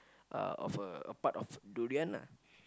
uh of a part of durian ah